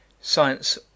science